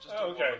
okay